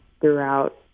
throughout